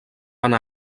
anar